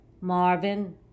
Marvin